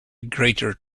greater